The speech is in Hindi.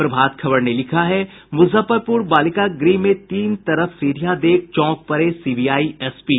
प्रभात खबर ने लिखा है मुजफ्फरपुर बालिका गृह में तीन तरफ सीढ़ियां देख चौंक पड़े सीबीआई एसपी